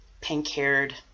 pink-haired